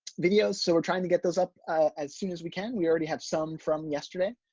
videos. so we're trying to get those up as soon as we can. we already have some from yesterday.